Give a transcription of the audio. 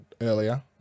earlier